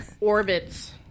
Orbits